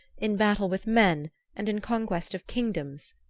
in battle with men and in conquest of kingdoms,